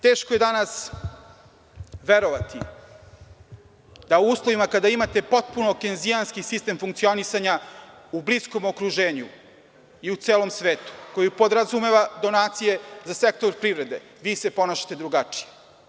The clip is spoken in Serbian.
Teško je danas verovati da u uslovima kada imate potpuno kejnzijanski sistem funkcionisanja u bliskom okruženju i u celom svetu, koji podrazumeva donacije za sektor privrede, vi se ponašate drugačije.